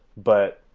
but